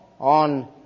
on